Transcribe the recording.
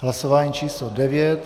Hlasování číslo 9.